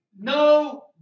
no